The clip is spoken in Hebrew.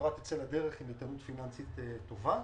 שהחברה תצא לדרך עם איתנות פיננסית טובה.